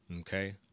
okay